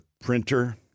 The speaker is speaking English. Printer